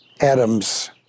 Adam's